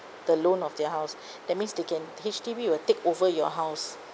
the loan of their house that means they can H_D_B will take over your house